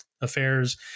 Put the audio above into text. affairs